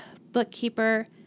bookkeeper